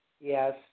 Yes